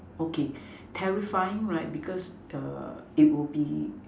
okay terrifying right because it will be